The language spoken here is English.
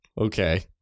Okay